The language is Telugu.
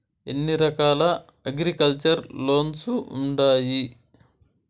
ఎన్ని రకాల అగ్రికల్చర్ లోన్స్ ఉండాయి